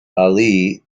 ali